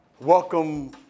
Welcome